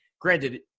granted